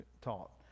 taught